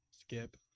Skip